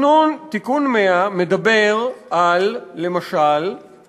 תיקון 100 מדבר למשל על